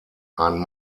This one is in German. ein